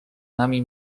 nami